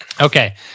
Okay